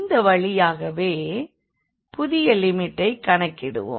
இந்த வழியாகவே புதிய லிமிட்சைக் கணக்கிடுவோம்